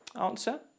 Answer